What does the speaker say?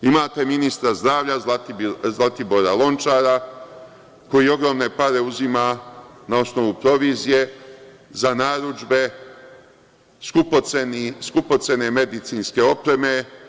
Imate ministra zdravlja Zlatibora Lončara, koji ogromne pare uzima na osnovu provizije za narudžbe skupocene medicinske opreme.